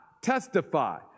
testify